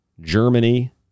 Germany